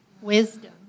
wisdom